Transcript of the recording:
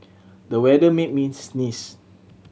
the weather made me sneeze